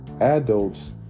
adults